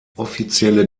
offizielle